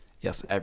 yes